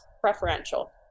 preferential